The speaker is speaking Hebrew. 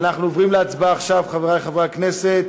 אנחנו עוברים להצבעה עכשיו, חברי חברי הכנסת.